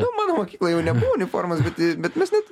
nu mano mokykla jau nebuvo uniformos bet bet mes net